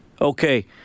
Okay